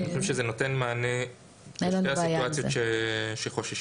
אני חושב שזה נותן מענה לסיטואציות מהן חוששים.